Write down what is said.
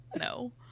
no